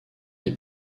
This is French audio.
est